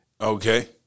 Okay